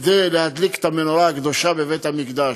כדי להדליק את המנורה הקדושה בבית-המקדש,